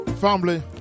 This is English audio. Family